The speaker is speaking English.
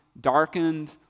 darkened